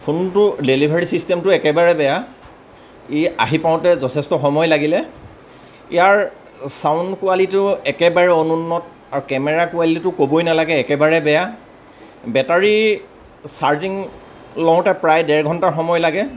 ফোনটো ডেলিভাৰী ছিষ্টেমটো একেবাৰে বেয়া ই আহি পাওঁতে যথেষ্ট সময় লাগিলে ইয়াৰ চাউণ্ড কোৱালিটীও একেবাৰে অনুন্নত আৰু কেমেৰা কোৱালিটীটো ক'বই নালাগে একেবাৰে বেয়া বেটাৰী চাৰ্জিং লওঁতে প্ৰায় দেৰ ঘন্টাৰ সময় লাগে